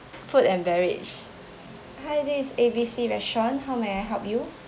food and beverage hi this is A_B_C restaurant how may I help you